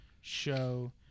show